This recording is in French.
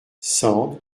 sand